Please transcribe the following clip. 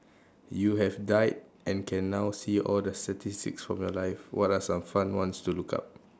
you have died and can now see all the statistics from your life what are some fun ones to look up